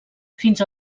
fins